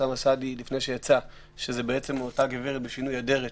אוסאמה סעדי שזו אותה גברת בשינוי אדרת,